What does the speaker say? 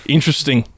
Interesting